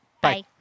Bye